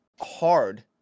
hard